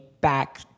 back